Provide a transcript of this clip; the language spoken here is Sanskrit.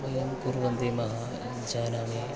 वयं कुर्वन्ति महान् जानामि